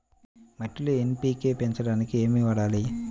మట్టిలో ఎన్.పీ.కే పెంచడానికి ఏమి వాడాలి?